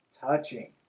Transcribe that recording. touching